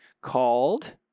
called